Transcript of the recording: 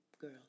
girl